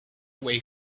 away